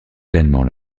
pleinement